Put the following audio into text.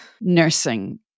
nursing